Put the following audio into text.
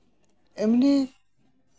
ᱮᱢᱱᱤ